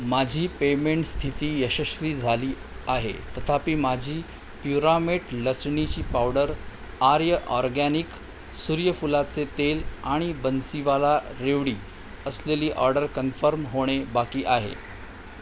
माझी पेमेंट स्थिती यशस्वी झाली आहे तथापि माझी प्युरामेट लसणीची पावडर आर्य ऑरगॅनिक सूर्यफुलाचे तेल आणि बन्सीवाला रेवडी असलेली ऑर्डर कन्फर्म होणे बाकी आहे